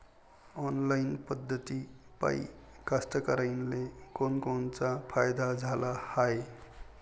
Online पद्धतीपायी कास्तकाराइले कोनकोनचा फायदा झाला हाये?